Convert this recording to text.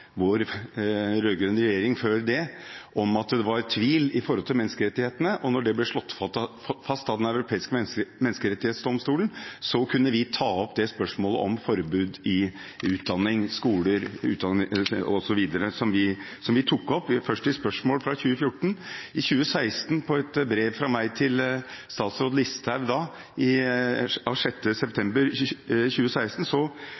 vår rød-grønne regjering om at det var tvil når det gjaldt menneskerettighetene. Når det ble slått fast av Den europeiske menneskerettighetsdomstolen, kunne vi ta opp spørsmålet om forbud i utdanning, skoler osv. Vi tok det opp først i spørsmål i 2014. I 2016 skrev statsråd Listhaug i svaret på et brev fra meg i september at det var et lite problem, og at man av